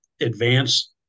advanced